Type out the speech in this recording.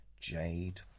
Jade